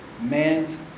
man's